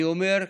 אני אומר,